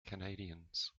canadiens